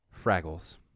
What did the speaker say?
Fraggles